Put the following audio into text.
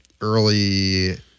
Early